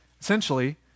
essentially